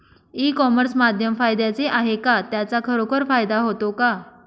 E commerce माध्यम फायद्याचे आहे का? त्याचा खरोखर फायदा होतो का?